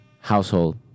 household